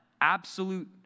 absolute